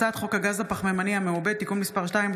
הצעת חוק הגז הפחמימני המעובה (תיקון מס' 2),